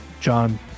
John